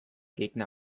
gegner